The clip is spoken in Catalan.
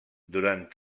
durant